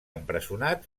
empresonat